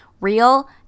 Real